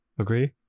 agree